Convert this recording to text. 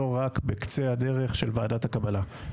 לא רק בקצה הדרך של ועדת הקבלה.